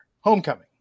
homecoming